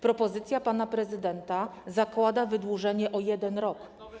Propozycja pana prezydenta zakłada wydłużenie o 1 rok.